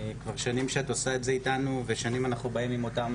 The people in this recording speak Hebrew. כבר שנים שאת עושה את זה איתנו ושנים אנחנו באים עם אותם